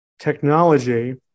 technology